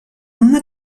una